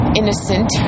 innocent